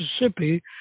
Mississippi